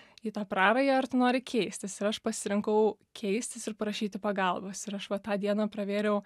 į tą prarają ar tu nori keistis ir aš pasirinkau keistis ir prašyti pagalbos ir aš va tą dieną pravėriau